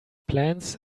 plans